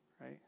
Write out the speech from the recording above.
right